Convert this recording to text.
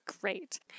great